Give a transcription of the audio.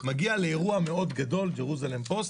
מגיע לאירוע מאוד גדול, ג'רוזלם פוסט.